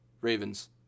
Ravens